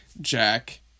jack